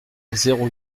zéro